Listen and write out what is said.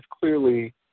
clearly